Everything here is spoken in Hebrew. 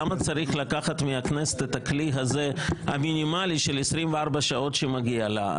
למה צריך לקחת מהכנסת את הכלי הזה המינימלי של 24 שעות שמגיע לה?